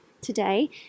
today